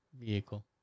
vehicle